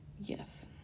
yes